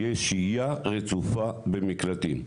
תהיה שהייה רצופה במקלטים,